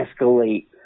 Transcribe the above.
escalate